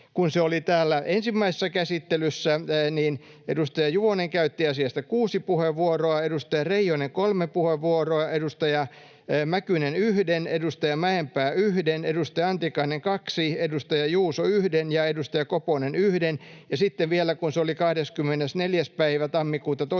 Kun se oli täällä ensimmäisessä käsittelyssä, edustaja Juvonen käytti asiasta kuusi puheenvuoroa, edustaja Reijonen kolme puheenvuoroa, edustaja Mäkynen yhden, edustaja Mäenpää yhden, edustaja Antikainen kaksi, edustaja Juuso yhden ja edustaja Koponen yhden. Ja sitten vielä, kun se oli 24. päivä tammikuuta